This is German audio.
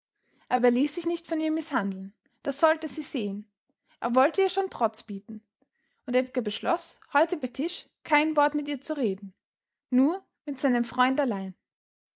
aber er ließ sich nicht von ihr mißhandeln das sollte sie sehen er wollte ihr schon trotz bieten und edgar beschloß heute bei tisch kein wort mit ihr zu reden nur mit seinem freund allein